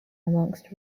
amongst